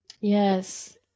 Yes